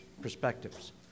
perspectives